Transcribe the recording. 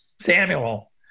Samuel